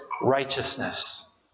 righteousness